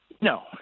No